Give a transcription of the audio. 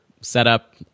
setup